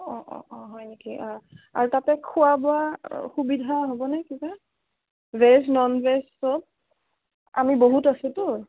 অ' অ' অ' হয় নেকি অ' আৰু তাতে খোৱা বোৱা সুবিধা হ'বনে কিবা ভেজ ন'ন ভেজ চব আমি বহুত আছোঁতো